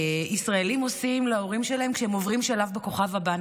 שישראלים עושים להורים שלהם כשהם עוברים שלב בכוכב הבא,